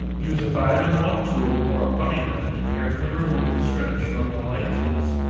use a five in one tool or a putty knife to carefully remove the strips from the light case.